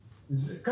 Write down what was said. אחרון,